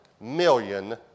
million